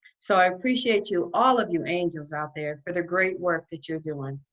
so i appreciate you all of you angels out there for the great work that you're doing.